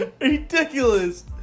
ridiculous